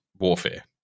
warfare